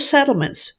settlements